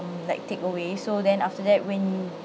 like takeaway so then after that when